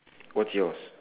what's yours